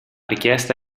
richiesta